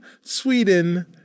Sweden